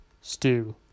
Stew